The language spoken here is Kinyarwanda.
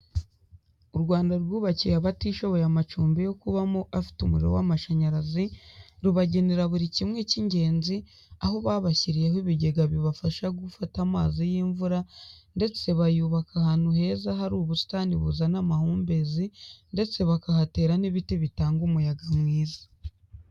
U Rwanda rwubakiye abatishoboye amacumbi yo kubamo afite umuriro w'amashanyarazi rubagenera buri kimwe cy'ingenzi, aho babashyiriyeho ibigega bibafasha gufata amazi y'imvura ndetse bayubaka ahantu heza hari ubusitani buzana amahumbezi ndetse bakahatera n'ibiti bitanga umuyaga mwiza.